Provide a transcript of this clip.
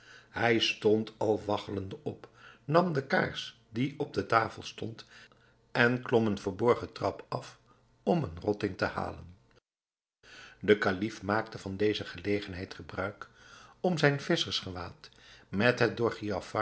hij stond al waggelende op nam de kaars die op de tafel stond en klom een verborgen trap af om een rotting te halen de kalif maakte van deze gelegenheid gebruik om zijn visschersgewaad met het